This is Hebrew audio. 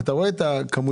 אתה רואה את הכמויות,